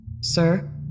Sir